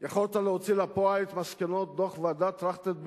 יכולת להוציא לפועל את מסקנות דוח ועדת-טרכטנברג,